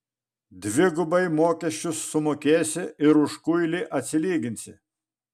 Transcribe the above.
dvigubai mokesčius sumokėsi ir už kuilį atsilyginsi